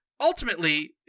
Ultimately